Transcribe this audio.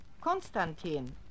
Konstantin